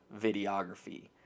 videography